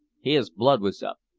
his blood was up.